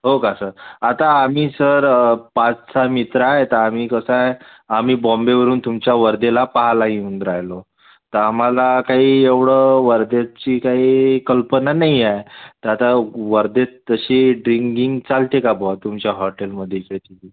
हो का सर आता आम्ही सर पाच सहा मित्र आहे तर आम्ही कसं आहे आम्ही बॉम्बेवरून तुमच्या वर्धेला पहायला येऊन राहिलो तर आम्हाला काही एवढं वर्ध्याची काही कल्पना नाही आहे तर आता वर्धेत तशी ड्रिंगिंग चालते का बुवा तुमच्या हॉटेलमध्ये